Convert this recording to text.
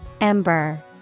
Ember